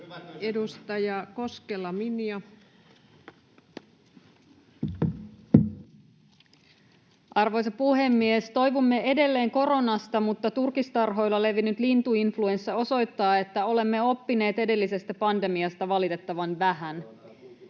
19:44 Content: Arvoisa puhemies! Toivumme edelleen koronasta, mutta turkistarhoilla levinnyt lintuinfluenssa osoittaa, että olemme oppineet edellisestä pandemiasta valitettavan vähän.